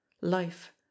Life